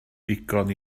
ddigon